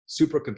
supercomputer